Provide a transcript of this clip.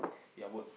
their work